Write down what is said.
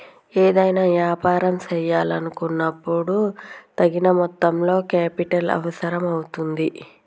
ఏదైనా యాపారం చేయాలనుకున్నపుడు తగిన మొత్తంలో కేపిటల్ అవసరం అవుతుంది